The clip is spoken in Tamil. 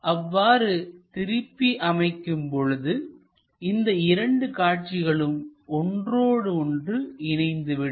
அவ்வாறு திருப்பி அமைக்கும் பொழுது இந்த இரண்டு காட்சிகளும் ஒன்றோடு ஒன்று இணைந்து விடும்